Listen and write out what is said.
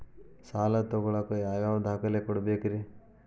ಸಾಲ ತೊಗೋಳಾಕ್ ಯಾವ ಯಾವ ದಾಖಲೆ ಕೊಡಬೇಕ್ರಿ?